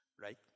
Right